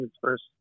first